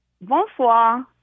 Bonsoir